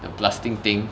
the blasting thing